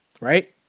right